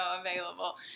available